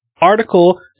article